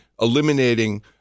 eliminating